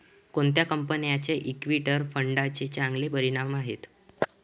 कोणत्या कंपन्यांचे इक्विटी फंडांचे चांगले परिणाम आहेत?